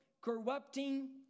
corrupting